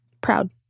Proud